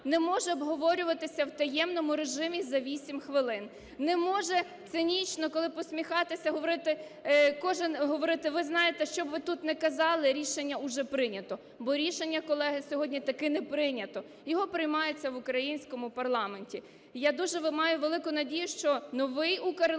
не може обговорюватися в таємному режимі за 8 хвилин. Не може цинічно, коли посміхатися, говорити, кожен говорити: "Ви знаєте, щоб ви тут не казали, рішення уже прийнято". Бо рішення, колеги, сьогодні таки не прийнято. Його приймається в українському парламенті. І я дуже маю велику надію, що новий український